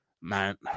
Man